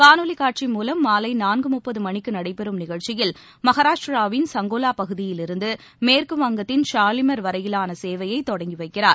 காணொலி காட்சி மூலம் மாலை நான்கு முப்பது மணிக்கு நடைபெறும் நிகழ்ச்சியில் மகாராஷ்டிராவின் சங்கோவா பகுதியிலிருந்து மேற்கு வங்கத்தின் ஷாலிமர் வரையிலான சேவையை தொடங்கி வைக்கிறார்